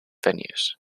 venues